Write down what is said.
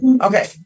okay